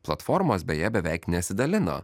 platformos beje beveik nesidalina